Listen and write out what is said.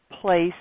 place